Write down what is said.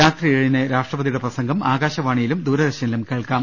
രാത്രി ഏഴിന് രാഷ്ട്രപതിയുടെ പ്രസംഗം ആകാശവാണിയിലും ദൂരദർശനിലും കേൾക്കാം